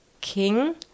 king